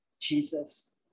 Jesus